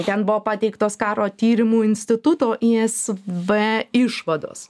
ten buvo pateiktos karo tyrimų instituto isw išvados